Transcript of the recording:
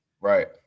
Right